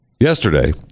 Yesterday